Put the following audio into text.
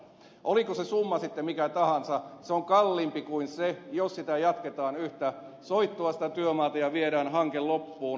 olipa se summa sitten mikä tahansa se on kalliimpi kuin se että jatketaan yhtä soittoa sitä työmaata ja viedään hanke loppuun